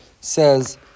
says